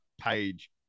page